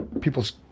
people's